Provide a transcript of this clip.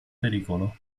pericolo